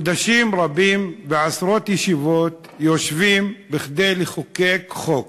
חודשים רבים ועשרות ישיבות יושבים כדי לחוקק חוק,